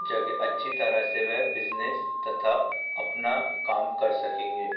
जगह अच्छी तरह से वे बिजनेस तथा अपना काम कर सकेंगे